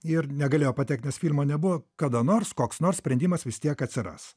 ir negalėjo patekt nes filmo nebuvo kada nors koks nors sprendimas vis tiek atsiras